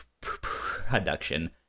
production